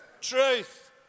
truth